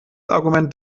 argument